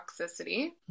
toxicity